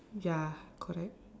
ya correct